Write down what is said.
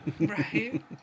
Right